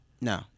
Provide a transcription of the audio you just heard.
No